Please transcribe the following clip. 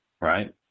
right